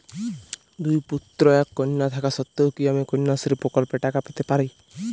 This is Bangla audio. দুই পুত্র এক কন্যা থাকা সত্ত্বেও কি আমি কন্যাশ্রী প্রকল্পে টাকা পেতে পারি?